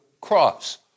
cross